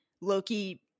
Loki